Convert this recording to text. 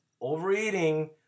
overeating